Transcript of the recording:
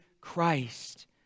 Christ